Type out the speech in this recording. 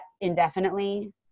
indefinitely